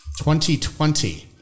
2020